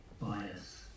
bias